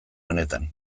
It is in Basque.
honetan